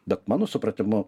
bet mano supratimu